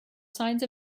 signs